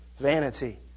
vanity